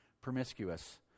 promiscuous